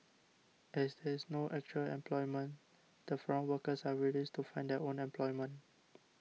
as there is no actual employment the foreign workers are released to find their own employment